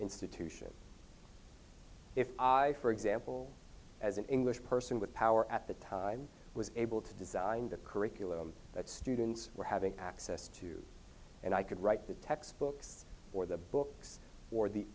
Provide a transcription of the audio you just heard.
institution if i for example as an english person with power at the time was able to design the curriculum that students were having access to and i could write the textbooks or the books or the